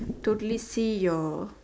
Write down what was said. totally see your